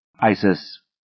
Isis